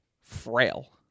frail